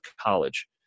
college